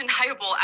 undeniable